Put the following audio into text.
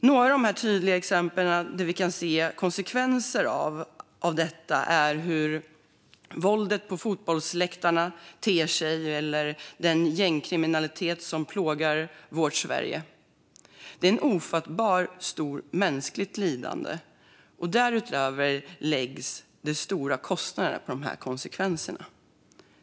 Några tydliga exempel där vi kan se konsekvenser av detta är hur våldet på fotbollsläktarna ter sig och den gängkriminalitet som plågar vårt Sverige. Det är ett ofattbart stort mänskligt lindande, och därutöver läggs det stora kostnader på konsekvenserna.